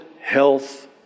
Health